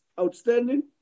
outstanding